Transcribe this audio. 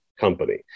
company